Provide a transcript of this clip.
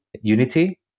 Unity